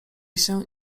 się